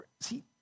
see